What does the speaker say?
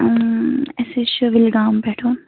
اَسہِ حظ چھُ وِل گامہٕ پیٚٹھ